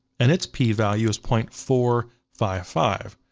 and it's p-value is point four five five,